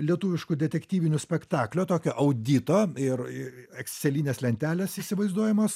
lietuviškų detektyvinių spektaklių tokio audito ir ekscelinės lentelės įsivaizduojamos